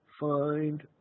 find